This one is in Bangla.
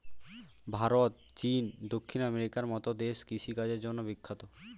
ভারত, চীন, দক্ষিণ আমেরিকার মতো দেশ কৃষি কাজের জন্যে বিখ্যাত